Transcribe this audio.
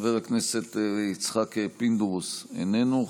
חבר הכנסת יצחק פינדרוס, איננו.